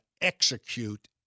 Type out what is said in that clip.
execute